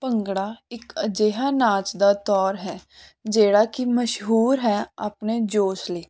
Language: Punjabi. ਭੰਗੜਾ ਇੱਕ ਅਜਿਹਾ ਨਾਚ ਦਾ ਦੌਰ ਹੈ ਜਿਹੜਾ ਕਿ ਮਸ਼ਹੂਰ ਹੈ ਆਪਣੇ ਜੋਸ਼ ਲਈ